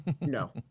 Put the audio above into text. No